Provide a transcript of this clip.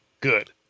good